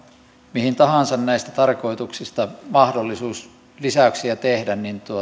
mihin tahansa näistä tarkoituksista mahdollisuus lisäyksiä tehdä